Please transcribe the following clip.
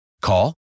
Call